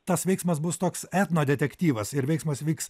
tas veiksmas bus toks etno detektyvas ir veiksmas vyks